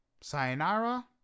Sayonara